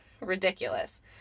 ridiculous